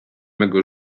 mego